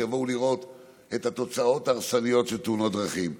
שיבואו לראות את התוצאות ההרסניות של תאונות דרכים.